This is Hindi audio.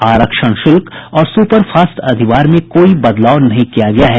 आरक्षण शुल्क और सुपरफास्ट अधिभार में कोई बदलाव नहीं किया गया है